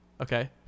Okay